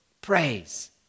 praise